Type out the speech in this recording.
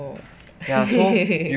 oh